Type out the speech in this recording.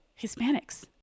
Hispanics